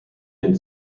den